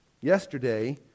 yesterday